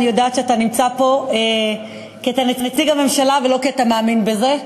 אני יודעת שאתה נמצא פה כי אתה נציג הממשלה ולא כי אתה מאמין בזה.